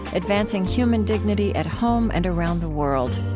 advancing human dignity at home and around the world.